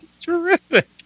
Terrific